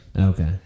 Okay